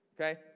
okay